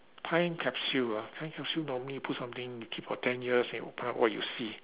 time capsule ah time capsule normally put something you keep for ten years then you open up what you see